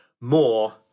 more